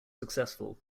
successful